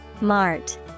Mart